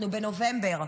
אנחנו בנובמבר.